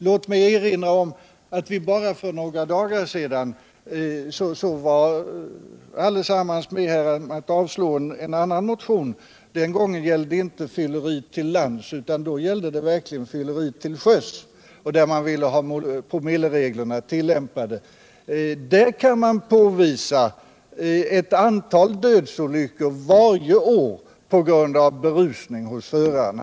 Låt mig erinra om att vi gemensamt bara för några dagar sedan avslog en motion som inte gällde alkoholförtäring till lands utan till sjöss, där motionärerna ville ha promillereglerna tillämpade. Där kan man påvisa ett antal dödsolyckor varje år på grund av alkoholförtäring hos föraren.